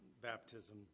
baptism